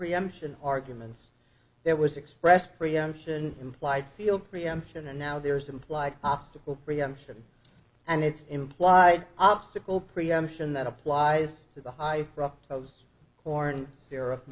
preemption arguments there was expressed preemption implied field preemption and now there's an implied obstacle preemption and it's implied obstacle preemption that applies to the high fructose corn syrup